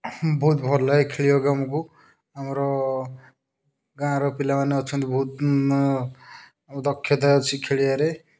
ବହୁତ ଭଲ ଲାଗେ ଖେଳିବାକୁ ଆମକୁ ଆମର ଗାଁ'ର ପିଲାମାନେ ଅଛନ୍ତି ବହୁତ ଦକ୍ଷତା ଅଛି ଖେଳିବାରେ